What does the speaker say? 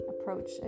approach